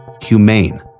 humane